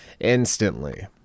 instantly